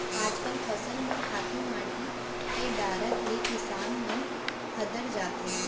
आजकल फसल म खातू माटी के डारत ले किसान मन हदर जाथें